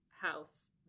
house